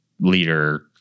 leader